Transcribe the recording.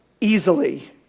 easily